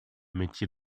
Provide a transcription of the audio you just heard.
métier